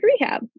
rehab